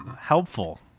helpful